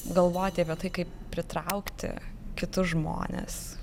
galvoti apie tai kaip pritraukti kitus žmones